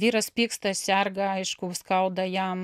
vyras pyksta serga aišku skauda jam